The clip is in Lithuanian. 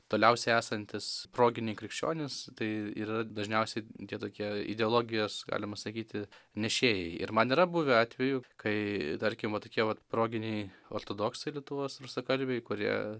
toliausiai esantys proginiai krikščionys tai ir yra dažniausiai tie tokie ideologijos galima sakyti nešėjai ir man yra buvę atvejų kai tarkim va tokie vat proginiai ortodoksai lietuvos rusakalbiai kurie